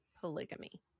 polygamy